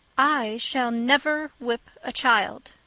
i shall never whip a child,